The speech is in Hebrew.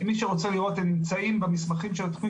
מי שמעוניין לראות הם נמצאים במסמכים של התכנית